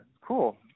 cool